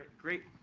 great.